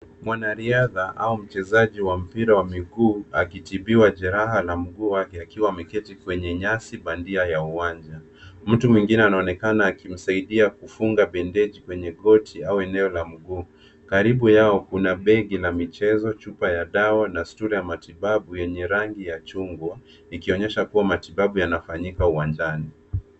Mwanariadha au mchezaji wa mpira wa miguu akitibiwa jeraha la mguu wake akiwa ameketi kwenye nyasi bandia ya uwanja. Mtu mwingine anaonekana akimsaidia kufunga bendeji kwenye goti au eneo la mguu. Karibu yao kuna begi la michezo, chupa la dawa na stura ya matibabu yenye rangi ya chungwa ikionyesha kuwa matibabu yanafanyika uwanjani